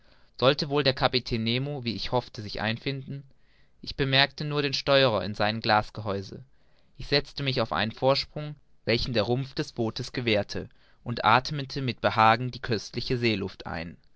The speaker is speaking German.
sollte wohl der kapitän nemo wie ich hoffte sich einfinden ich bemerkte nur den steuerer in seinem glas gehäuse ich setzte mich auf einen vorsprung welchen der rumpf des bootes gewährte und athmete mit behagen die köstliche seeluft ein